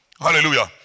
Hallelujah